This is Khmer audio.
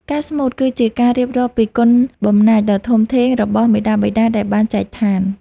ការស្មូត គឺជាការរៀបរាប់ពីគុណបំណាច់ដ៏ធំធេងរបស់មាតាបិតាដែលបានចែកឋាន។